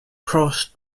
crossed